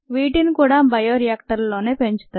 వీటిని కూడా బయో రియాక్టర్లలోనే పెంచుతారు